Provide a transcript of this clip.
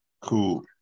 cool